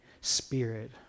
Spirit